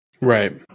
Right